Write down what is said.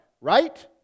Right